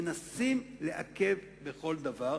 מנסות לעכב בכל דבר,